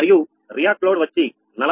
మరియు react load వచ్చి 45